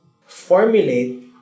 formulate